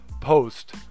post